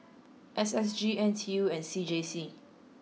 S S G N T U and C J C